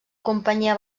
companyia